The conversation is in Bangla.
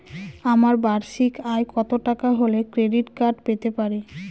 আমার বার্ষিক আয় কত টাকা হলে ক্রেডিট কার্ড পেতে পারি?